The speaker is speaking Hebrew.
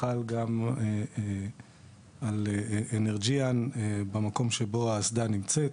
חל גם על אנרג'יאן במקום שבו האסדה נמצאת.